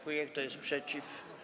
Kto jest przeciw?